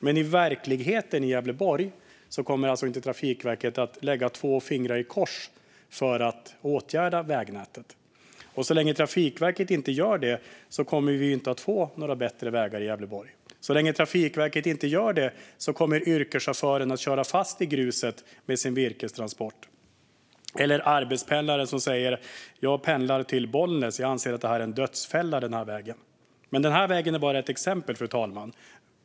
Men i verkligheten i Gävleborg kommer Trafikverket alltså inte att lägga två strån i kors för att åtgärda vägnätet. Och så länge Trafikverket inte gör det kommer vi inte att få några bättre vägar i Gävleborg. Så länge Trafikverket inte gör det kommer yrkeschauffören att köra fast i gruset med sin virkestransport. Arbetspendlaren säger: Jag pendlar till Bollnäs och anser att den här vägen är en dödsfälla. Men den här vägen är bara ett exempel, fru talman.